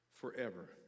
forever